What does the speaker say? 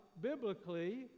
biblically